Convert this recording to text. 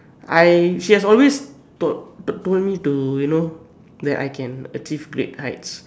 I she has always told told me to you know that I can achieve great heights